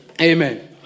Amen